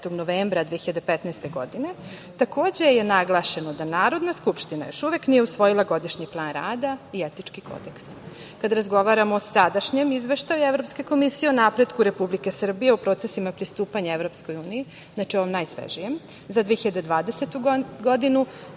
novembra 2015. godine, takođe naglašeno da Narodna skupština još uvek nije usvojila godišnji plan rada i etički kodeks. Kada razgovaramo o sadašnjem Izveštaju Evropske komisije o napretku Republike Srbije u procesima pristupanja EU, znači ovom najsvežijem za 2020. godinu,